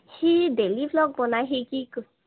সি daily blog বনাই সি কি